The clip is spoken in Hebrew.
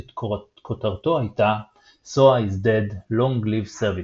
שכותרתו הייתה SOA is Dead Long live Services.